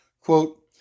Quote